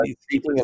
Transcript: Speaking